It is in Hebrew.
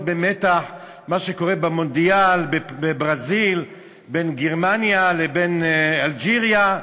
מאוד במתח ממה שקורה במונדיאל בברזיל במשחק בין גרמניה לבין אלג'יריה,